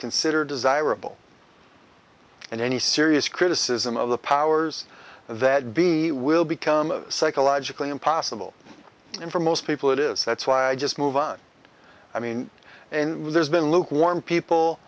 consider desirable and any serious criticism of the powers that be will become psychologically impossible and for most people that is that's why i just move on i mean there's been lukewarm people